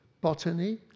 botany